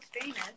famous